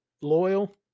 loyal